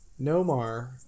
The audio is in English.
nomar